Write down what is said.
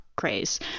craze